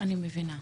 אני מבינה.